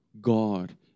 God